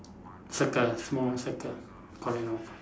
circle small circle